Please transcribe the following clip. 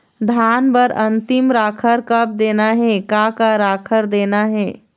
धान बर अन्तिम राखर कब देना हे, का का राखर देना हे?